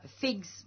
figs